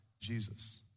Jesus